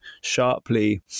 sharply